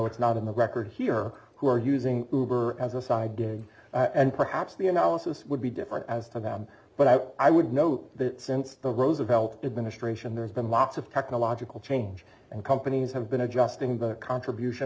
it's not in the record here who are using as a side and perhaps the analysis would be different as to them but i i would note that since the roosevelt administration there's been lots of technological change and companies have been adjusting the contribution